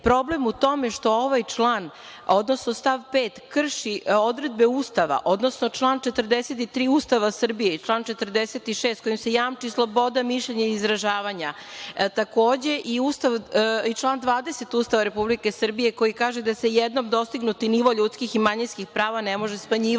problem u tome što ovaj član, odnosno stav 5. krši odredbe Ustava, odnosno član 43. Ustava Srbije i član 46. kojim se jamči sloboda mišljenja i izražavanja. Takođe, član 20. Ustava Republike Srbije koji kaže da se jednom dostignuti nivo ljudskih i manjinskih prava ne može smanjivati. Naime,